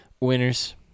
Winners